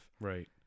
Right